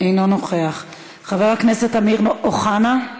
אינו נוכח, חבר הכנסת אמיר אוחנה,